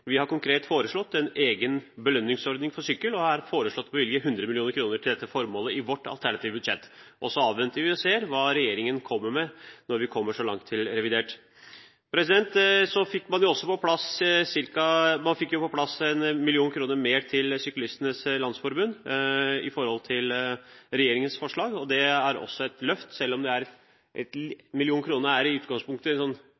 Vi har konkret foreslått en egen belønningsordning for sykkel og har i vårt alternative budsjett foreslått å bevilge 100 mill. kr til dette formålet. Vi avventer hva regjeringen kommer med, når vi kommer så langt som til revidert nasjonalbudsjett. Man fikk på plass 1 mill. kr mer til Syklistenes Landsforening i forhold til regjeringens forslag. Det er et løft. Selv om 1 mill. kr i utgangspunktet ikke er det store beløpet, er det allikevel en